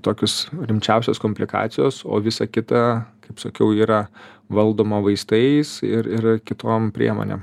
tokios rimčiausios komplikacijos o visa kita kaip sakiau yra valdoma vaistais ir ir kitom priemonėm